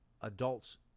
adults